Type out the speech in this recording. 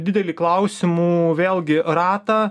didelį klausimų vėlgi ratą